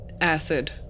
acid